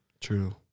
True